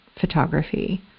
photography